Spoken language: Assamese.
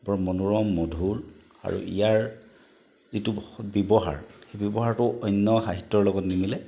বৰ মনোৰম মধুৰ আৰু ইয়াৰ যিটো ব্যৱহাৰ ব্যৱহাৰটো অন্য সাহিত্যৰ লগত নিমিলে